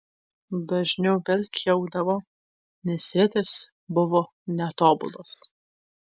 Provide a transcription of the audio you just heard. dažniau velkiaudavo nes ritės buvo netobulos